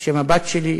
בשם הבת שלי,